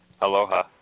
Aloha